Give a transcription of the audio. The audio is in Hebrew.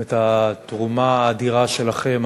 את התרומה האדירה שלכם,